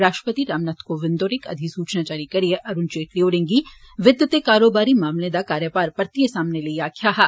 राष्ट्रपति राम नाथ कोविन्द होरे इक अधिसूचना जारी करियै अरुण जेटली होरें गी वित्त ते कारोबारी मामलें दा कार्यभार परतियै सांभने लेई आक्खेआ हा